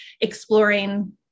exploring